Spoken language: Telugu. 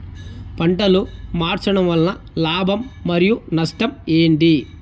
పంటలు మార్చడం వలన లాభం మరియు నష్టం ఏంటి